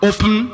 Open